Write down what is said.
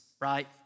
right